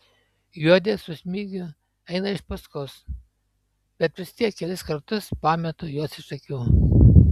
juodė su smigiu eina iš paskos bet vis tiek kelis kartus pametu juos iš akių